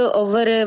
over